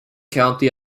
county